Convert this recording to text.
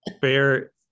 Fair